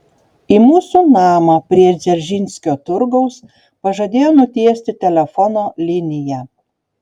į mūsų namą prie dzeržinskio turgaus pažadėjo nutiesti telefono liniją